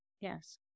Yes